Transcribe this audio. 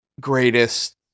greatest